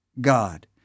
God